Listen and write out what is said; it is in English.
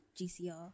GCR